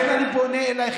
לכן אני פונה אלייך,